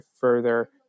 further